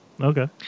Okay